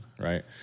right